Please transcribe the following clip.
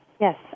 Yes